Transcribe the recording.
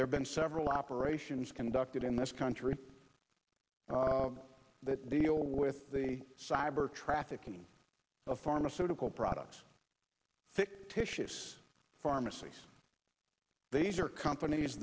there's been several operations conducted in this country that deal with the cyber trafficking of pharmaceutical products fictitious pharmacies these are companies